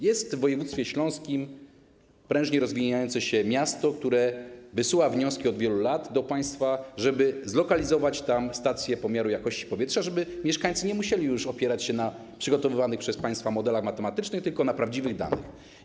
Jest w województwie śląskim prężnie rozwijające się miasto, które wysyła wnioski od wielu lat do państwa, żeby zlokalizować tam stację pomiaru jakości powietrza, żeby mieszkańcy nie musieli już opierać się na przygotowywanych przez państwa modelach matematycznych, tylko na prawdziwych danych.